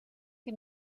que